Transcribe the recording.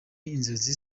inzozi